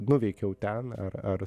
nuveikiau ten ar ar